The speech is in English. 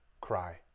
cry